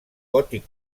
gòtic